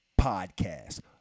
Podcast